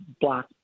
black